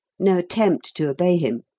no attempt to obey him,